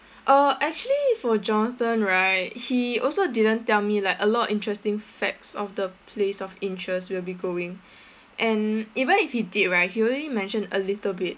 uh actually for jonathan right he also didn't tell me like a lot of interesting facts of the place of interest we'll be going and even if he did right he only mentioned a little bit